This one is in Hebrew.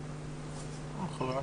שלום.